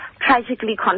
tragically